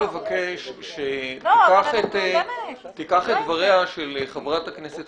אני מבקש שתיקח את דבריה של חברת הכנסת